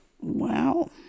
Wow